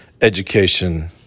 education